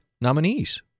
nominees